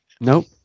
Nope